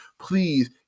please